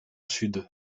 sud